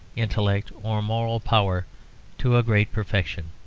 intellect, or moral power to a great perfection,